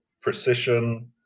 precision